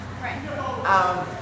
right